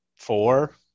four